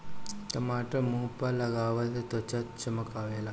टमाटर मुंह पअ लगवला से त्वचा में चमक आवेला